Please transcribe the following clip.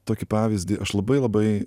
tokį pavyzdį aš labai labai